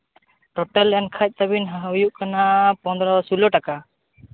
total ᱮᱱᱠᱷᱟᱱ ᱛᱟᱹᱵᱤᱱ ᱦᱩᱭᱩᱜ ᱠᱟᱱᱟ ᱯᱚᱱᱨᱚ ᱥᱳᱞᱳ ᱴᱟᱠᱟ